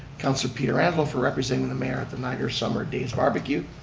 councilor pietrangelo for representing the mayor at the niagara summer days barbecue,